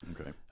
Okay